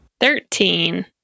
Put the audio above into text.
Thirteen